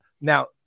now